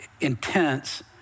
intense